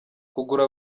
kugura